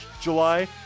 July